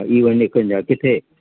C one एकवंजाह किथे